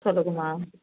சொல்லுங்க அம்மா